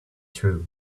true